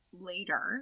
later